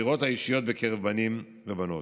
והבחירות האישיות בקרב בנים ובנות.